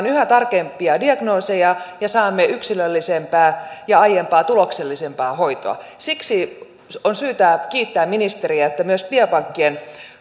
yhä tarkempia diagnooseja ja saamme yksilöllisempää ja aiempaa tuloksellisempaa hoitoa siksi on syytä kiittää ministeriä että myös biopankkien